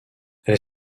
elle